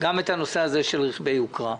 גם את הנושא של רכבי יוקרה.